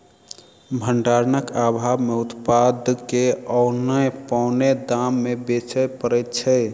भंडारणक आभाव मे उत्पाद के औने पौने दाम मे बेचय पड़ैत छै